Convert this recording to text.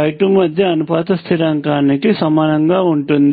ø2 మధ్య అనుపాత స్థిరాంకానికి సమానంగా ఉంటుంది